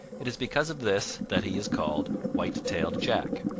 it is because of this that he is called white-tailed jack.